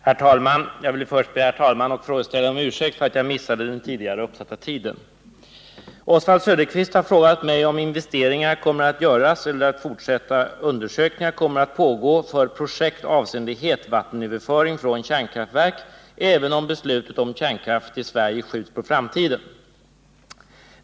Herr talman! Jag vill först be herr talmannen och frågeställaren om ursäkt för att jag missade den tidigare utsatta tiden för besvarandet av denna fråga. Oswald Söderqvist har frågat mig om investeringar kommer att göras eller fortsatta undersökningar kommer att pågå för projekt avseende hetvattenöverföring från kärnkraftverk, även om beslutet om kärnkraft i Sverige skjuts på framtiden.